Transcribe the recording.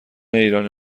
ایرانی